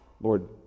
Lord